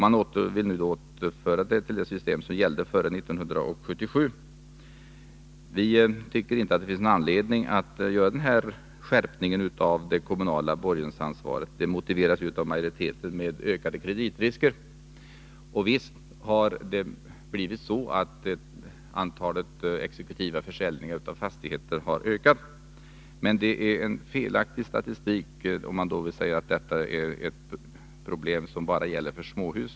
Man vill nu återinföra det system som gällde före 1977. Vi tycker inte att det finns någon anledning att göra denna skärpning av det kommunala borgensansvaret, som motiveras av majoriteten med ökade kreditrisker. Visst har antalet exekutiva försäljningar av fastigheter ökat, men man använder statistiken felaktigt när man säger att detta är ett problem som bara gäller småhus.